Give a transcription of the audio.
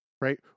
right